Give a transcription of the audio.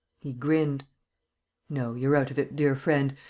he grinned no, you're out of it, dear friend.